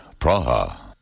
Praha